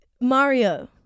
Mario